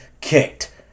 kicked